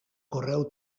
correu